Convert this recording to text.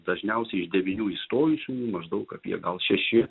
dažniausiai iš devynių įstojusiųjų maždaug apie gal šeši